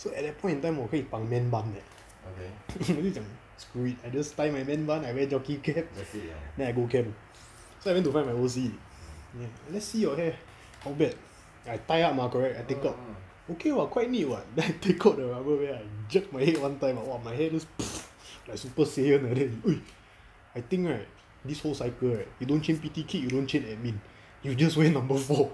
so at that point in time was 我会绑 man bun eh 我就讲 screw it I just take my man bun I wear jockey cap then I go camp so I went to find my O_C lets see your hair how bad I tie up mah correct I take out okay [what] quite neat [what] then I take out the rubber band I jerk my head one time !wah! my hair just like super saiyan like that !oi! I think right this whole cycle right you don't change P_T kit you don't change admin you just wear number four